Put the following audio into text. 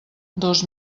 dos